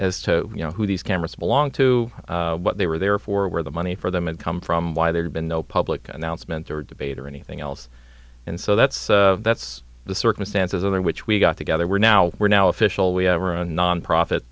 as to you know who these cameras belong to what they were there for where the money for them and come from why there had been no public announcements or debate or anything else and so that's that's the circumstances under which we got together we're now we're now official we have our own nonprofit